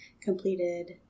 completed